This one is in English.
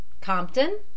Compton